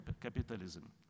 capitalism